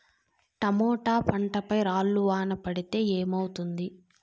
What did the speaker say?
Tomato పంట పై రాళ్లు వాన పడితే ఏమవుతుంది?